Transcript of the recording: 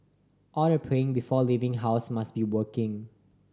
all the praying before leaving house must be working